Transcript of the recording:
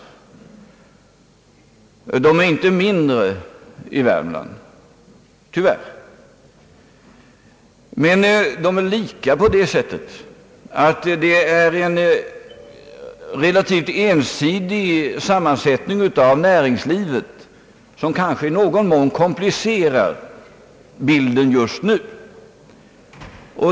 Problemen är inte mindre i Värmland, tyvärr, och de är lika Sjuhäradsbygdens problem på det sätt att en relativt ensidig sammansättning hos näringslivet i någon mån kom plicerar bilden just nu.